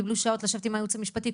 קיבלו שעות לשבת עם הייעוץ המשפטי.